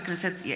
הכנסת.